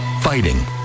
Fighting